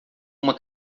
uma